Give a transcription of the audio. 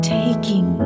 taking